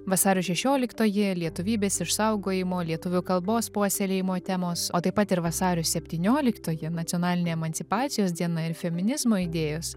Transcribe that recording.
vasario šešioliktoji lietuvybės išsaugojimo lietuvių kalbos puoselėjimo temos o taip pat ir vasario septynioliktoji nacionalinė emancipacijos diena ir feminizmo idėjos